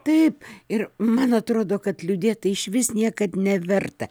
taip ir man atrodo kad liūdėt tai išvis niekad neverta